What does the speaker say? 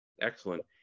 Excellent